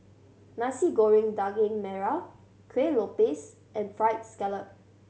Nasi Goreng Daging Merah Kueh Lopes and Fried Scallop